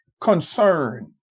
concern